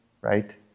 right